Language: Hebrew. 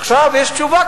עכשיו יש תשובה,